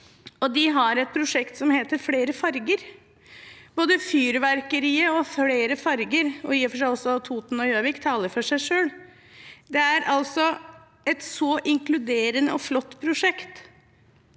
De har et prosjekt som heter Flere Farger. Både Fyrverkeriet og Flere Farger, og i og for seg også Toten og Gjøvik, taler for seg selv. Det er altså et så inkluderende og flott prosjekt.